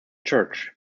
church